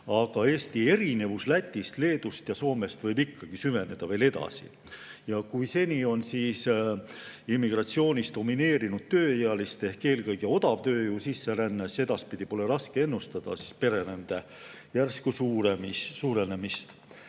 aga Eesti erinevus Lätist, Leedust ja Soomest võib ikkagi veel [suureneda]. Kui seni on immigratsioonis domineerinud tööealiste, eelkõige odavtööjõu sisseränne, siis edaspidi pole raske ennustada pererände järsku suurenemist.